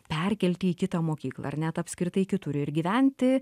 perkelti į kitą mokyklą ar net apskritai kitur ir gyventi